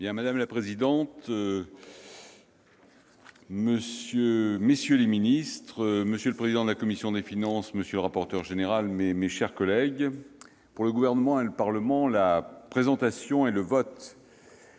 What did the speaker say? Madame la présidente, messieurs les ministres, monsieur le président de la commission des finances, monsieur le rapporteur général, mes chers collègues, pour le Gouvernement et le Parlement, la présentation et le vote